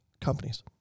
companies